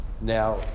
Now